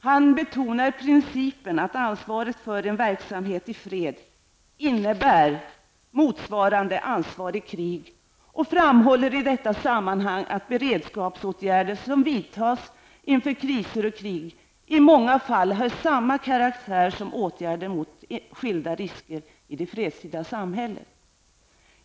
Han betonar principen att ansvaret för en verksamhet i fred innebär motsvarande ansvar i krig och framhåller i detta sammanhang att beredskapsåtgärder som vidtas inför kriser och krig i många fall har samma karaktär som åtgärder mot skilda risker i det fredstida samhället.